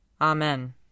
Amen